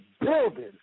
building